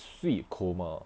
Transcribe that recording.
sweet coma